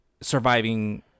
surviving